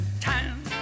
time